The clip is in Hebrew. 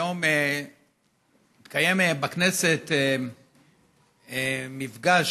היום התקיים בכנסת מפגש,